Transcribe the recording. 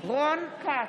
רון כץ,